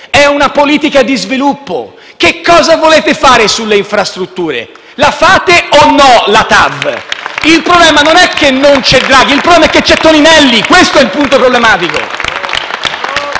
è una politica di sviluppo. Che cosa volete fare sulle infrastrutture? La fate o no la TAV? *(Applausi dai Gruppi PD e FI-BP)*. Il problema non è che non c'è Draghi, il problema è che c'è Toninelli. Questo è il punto problematico.